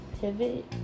pivot